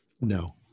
No